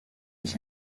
ich